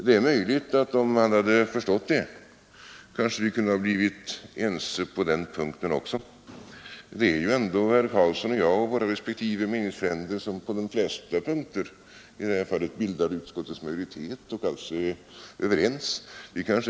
Om herr Karlsson hade förstått det, så är det möjligt att vi hade kunnat bli ense även på den punkten. Herr Karlsson och jag och våra respektive meningsfränder bildar ju majoritet i utskottet och är alltså överens på de flesta punkter.